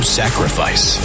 sacrifice